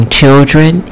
children